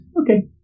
okay